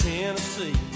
Tennessee